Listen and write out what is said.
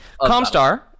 Comstar